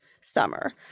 summer